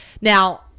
now